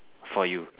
for you